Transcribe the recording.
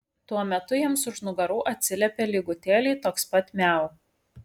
tuo metu jiems už nugarų atsiliepė lygutėliai toks pat miau